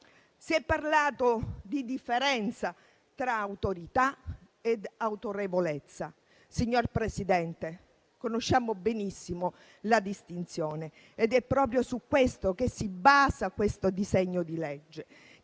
Si è parlato di differenza tra autorità ed autorevolezza. Signor Presidente, conosciamo benissimo la distinzione ed è proprio su questo che si basa questo disegno di legge